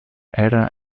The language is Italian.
era